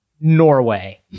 Norway